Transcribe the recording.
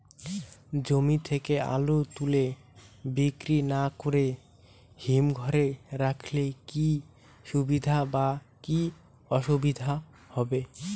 জমি থেকে আলু তুলে বিক্রি না করে হিমঘরে রাখলে কী সুবিধা বা কী অসুবিধা হবে?